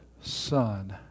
son